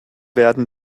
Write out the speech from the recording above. werden